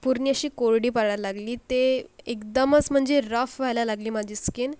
पूर्ण अशी कोरडी पडायला लागली ते एकदमच म्हणजे रफ व्हायला लागली माझी स्किन